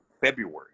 February